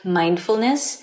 mindfulness